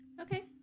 Okay